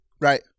Right